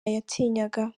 yatinyaga